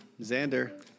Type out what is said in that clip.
Xander